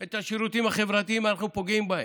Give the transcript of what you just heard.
את השירותים החברתיים אנחנו פוגעים בהם.